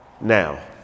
now